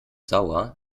sauer